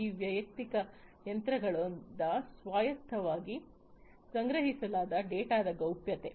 ಈ ವೈಯಕ್ತಿಕ ಯಂತ್ರಗಳಿಂದ ಸ್ವಾಯತ್ತವಾಗಿ ಸಂಗ್ರಹಿಸಲಾದ ಡೇಟಾದ ಗೌಪ್ಯತೆ